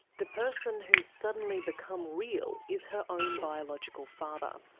the person who's suddenly become real is her own biological father.